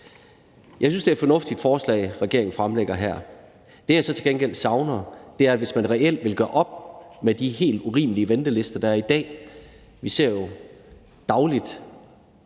Jeg synes, det er et fornuftigt forslag, regeringen fremsætter her. Der er noget, jeg så til gengæld savner, hvis man reelt vil gøre op med de helt urimelige ventelister, der er i dag. Vi hører jo dagligt,